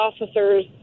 officers